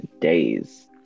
days